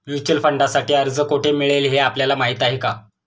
Mutual फंडांसाठी अर्ज कोठे मिळेल हे आपल्याला माहीत आहे का?